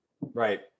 right